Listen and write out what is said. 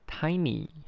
Tiny